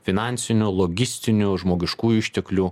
finansinių logistinių žmogiškųjų išteklių